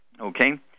Okay